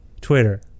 Twitter